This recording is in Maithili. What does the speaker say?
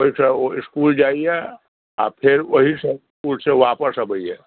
ओहि सॅं ओ इसकुल जाइया आ फेर ओहि सॅं इसकुल सॅं वापस अबैया